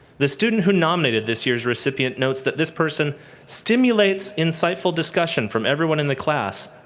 the student who nominated this year's recipient notes that this person stimulates insightful discussion from everyone in the class,